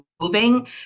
moving